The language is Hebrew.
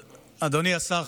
אדוני השר,